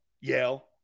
Yale